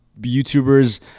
YouTubers